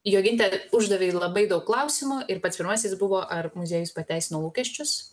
joginte uždavei labai daug klausimų ir pats pirmiasis buvo ar muziejus pateisino lūkesčius